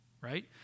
right